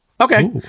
Okay